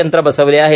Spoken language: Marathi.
यंत्र बसविले आहेत